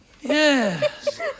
Yes